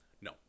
No